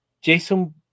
Jason